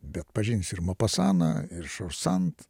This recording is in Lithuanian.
bet pažinsiu ir mopasaną ir žorž sand